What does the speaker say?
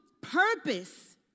purpose